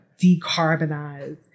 decarbonize